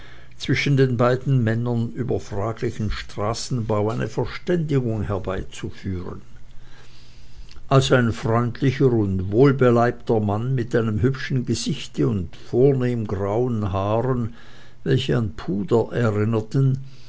zwischen den beiden männern über fraglichen straßenbau eine verständigung herbeizuführen als ein freundlicher und wohlbeleibter mann mit einem hübschen gesichte und vornehm grauen haaren welche an puder erinnerten